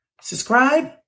Subscribe